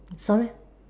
sorry